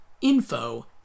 info